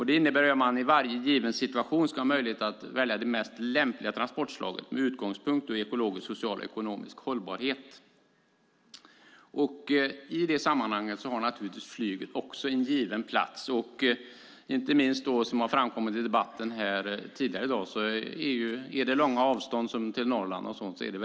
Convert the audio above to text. Det innebär att man i varje situation ska ha möjlighet att välja det mest lämpliga transportslaget med utgångspunkt i ekologisk, social och ekonomisk hållbarhet. I det sammanhanget har naturligtvis också flyget sin givna plats. Som framkommit i debatten är flyget viktigt med tanke på de långa avstånden, till exempel till Norrland.